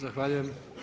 Zahvaljujem.